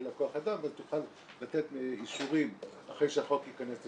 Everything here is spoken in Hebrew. לה כוח אדם אז היא תוכל לתת אישורים אחרי שהחוק ייכנס לתוקף.